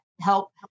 help